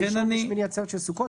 ראשון ושמיני עצרת של סוכות,